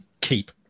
keep